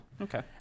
Okay